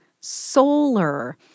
solar